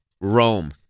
Rome